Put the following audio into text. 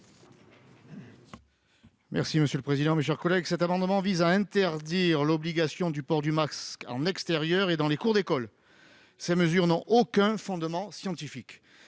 : La parole est à M. Stéphane Ravier. Cet amendement vise à interdire l'obligation du port du masque en extérieur et dans les cours d'école. Ces mesures n'ont aucun fondement scientifique.